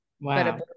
Wow